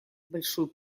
большой